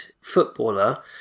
footballer